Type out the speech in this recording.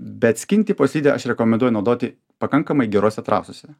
bet skin tipo slidę aš rekomenduoju naudoti pakankamai gerose trasose